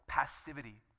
passivity